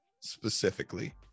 specifically